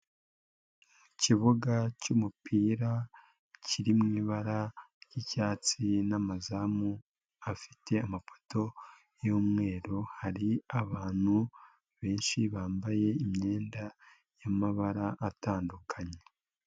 Ikibuga cy'umupira kiri mu ibara ry'icyatsi n'amazamu afite amapoto y'umweru, hari abantu benshi bambaye imyenda y'amabara atandukanye.